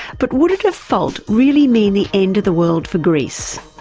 but would a default really mean the end of the world for greece?